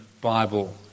Bible